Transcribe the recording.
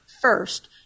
first